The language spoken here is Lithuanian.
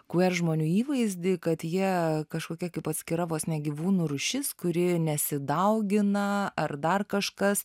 queer žmonių įvaizdį kad jie kažkokie kaip atskira vos ne gyvūnų rūšis kuri nesidaugina ar dar kažkas